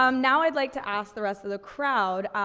um now i'd like to ask the rest of the crowd,